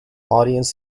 audience